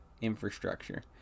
infrastructure